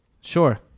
Sure